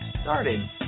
started